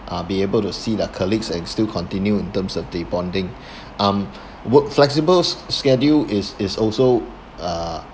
uh be able to see their colleagues and still continue in terms of the bonding um work flexible s~ schedule is is also uh